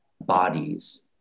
bodies